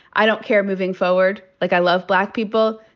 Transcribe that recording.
i don't care moving forward. like, i love black people.